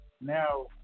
Now